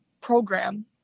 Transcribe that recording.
program